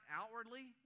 outwardly